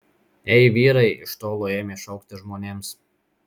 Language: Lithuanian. ei vyrai iš tolo ėmė šaukti žmonėms